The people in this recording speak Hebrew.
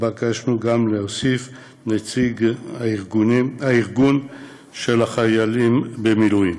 התבקשנו להוסיף נציג ארגון של החיילים במילואים.